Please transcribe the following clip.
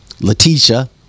Letitia